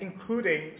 including